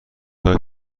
های